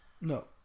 No